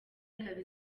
ikaba